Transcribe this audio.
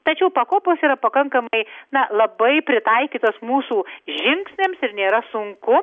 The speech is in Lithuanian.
tačiau pakopos yra pakankamai na labai pritaikytas mūsų žingsniams ir nėra sunku